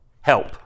help